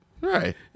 right